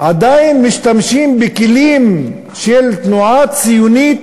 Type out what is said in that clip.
עדיין משתמשים בכלים של תנועה ציונית,